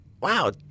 wow